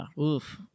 Oof